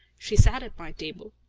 she sat at my table.